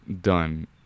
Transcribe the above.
done